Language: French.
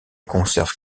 conserve